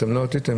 לא עטיתם",